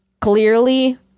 clearly